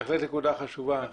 בהחלט נקודה חשובה.